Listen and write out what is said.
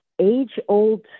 age-old